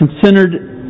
considered